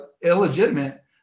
illegitimate